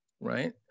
right